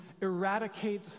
eradicate